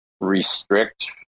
restrict